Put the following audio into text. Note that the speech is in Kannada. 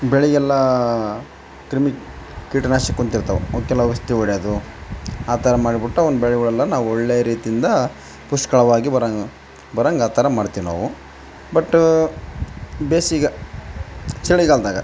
ಬೆಳೆಗೆಲ್ಲ ಕ್ರಿಮಿ ಕೀಟನಾಶಕ ಕೂತು ಇರ್ತಾವೆ ಅವಕೆಲ್ಲ ಔಷಧಿ ಹೊಡೆಯೋದು ಆ ಥರ ಮಾಡ್ಬಿಟ್ಟು ಒಂದು ಬೆಳೆಗಳೆಲ್ಲ ನಾವು ಒಳ್ಳೇ ರೀತಿಯಿಂದ ಪುಷ್ಕಲವಾಗಿ ಬರೋಂಗೆ ಬರೋಂಗೆ ಆ ಥರ ಮಾಡ್ತೇವೆ ನಾವು ಬಟ್ ಬೇಸಿಗೆ ಚಳಿಗಾಲದಾಗೆ